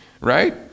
Right